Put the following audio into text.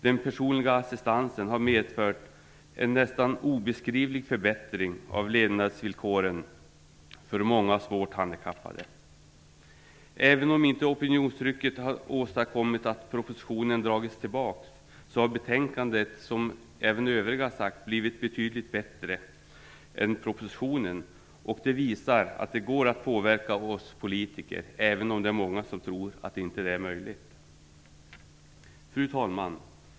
Den personliga assistansen har medfört en nästan obeskrivlig förbättring av levnadsvillkoren för många svårt handikappade. Även om inte opinionstrycket har åstadkommit att propositionen dragits tillbaka har betänkandet, vilket också många har sagt, blivit betydligt bättre än propositionen. Det visar att det går att påverka oss politiker, även om det är många som inte tror det. Fru talman!